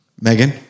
Megan